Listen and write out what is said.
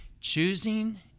choosing